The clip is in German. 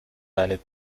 eine